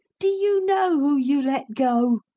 do you know who you let go?